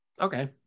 Okay